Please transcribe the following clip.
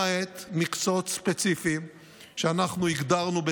למעט במקצועות ספציפיים שאנחנו הגדרנו בצה"ל,